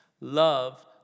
Love